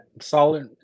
solid